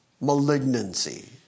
malignancy